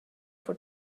for